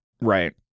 Right